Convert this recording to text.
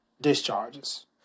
discharges